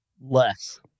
less